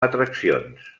atraccions